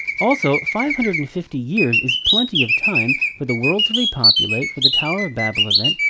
also, five hundred and fifty years is plenty of time for the world to repopulate, for the tower of babel event,